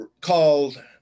called